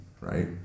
Right